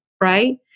right